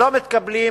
שלא מתקבלים